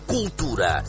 Cultura